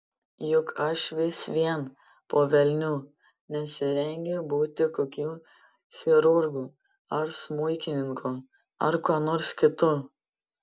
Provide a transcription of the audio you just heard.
juk aš vis vien po velnių nesirengiu būti kokiu chirurgu ar smuikininku ar kuo nors kitu